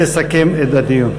תסכם את הדיון.